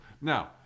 now